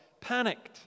panicked